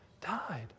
Died